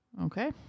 Okay